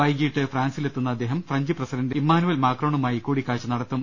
വൈകീട്ട് ഫ്രാൻസി ലെത്തുന്ന അദ്ദേഹം ഫ്രഞ്ച് പ്രസിഡന്റ് ഇമ്മാനുവൽ മാക്രോണുമായി കൂടിക്കാഴ്ച നടത്തും